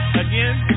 again